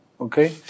okay